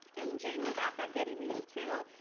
and jane was at that getty meeting, too,